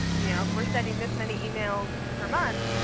you know if we're sending this many emails per month,